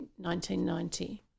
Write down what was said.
1990